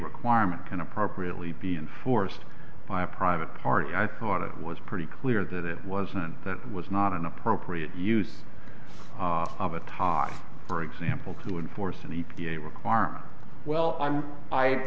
requirement can appropriately be enforced by a private party i thought it was pretty clear that it wasn't that was not an appropriate use of a tie for example to enforce an e p a requirement well i'm i